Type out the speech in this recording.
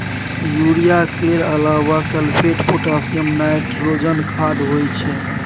urea केर अलाबा sulphate, potassium, nitrogen खाद होइ छै